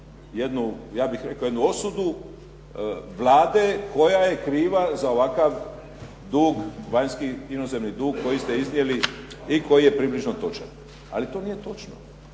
jednu ja bih rekao osudu Vlade koja je kriva za ovakav dug vanjski, inozemni dug koji ste iznijeli i koji je približno točan. Ali to nije točno.